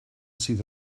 sydd